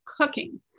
cooking